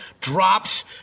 drops